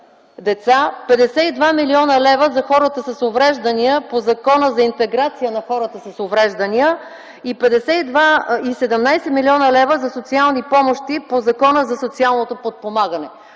52 млн. лв. – за хората с увреждания по Закона за интеграция на хората с увреждания, и 17 млн. лв. за социални помощи по Закона за социалното подпомагане,